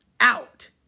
Out